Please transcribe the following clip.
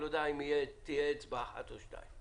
אני לא יודע אם תהיה אצבע אחת או שתיים.